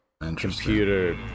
computer